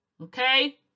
okay